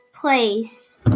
place